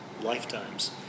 lifetimes